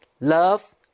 love